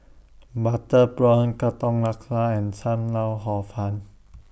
Butter Prawn Katong Laksa and SAM Lau Hor Fun